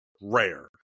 rare